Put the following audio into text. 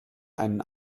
einen